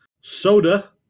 soda